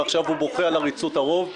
ועכשיו הוא בוכה על עריצות הרוב.